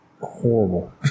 horrible